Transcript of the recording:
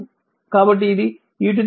కాబట్టి ఇది e 2 t 3 ఉంటుంది